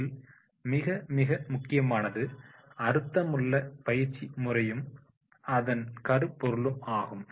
இதில் மிகமிக முக்கியமானது அர்த்தமுள்ள பயிற்சி முறையும் அதன் கருப்பொருளும் ஆகும்